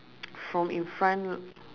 from in front